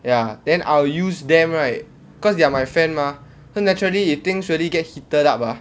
ya then I will use them right cause they are my friend mah so naturally if things get heated up ah